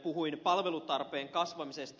puhuin palvelutarpeen kasvamisesta